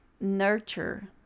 nurture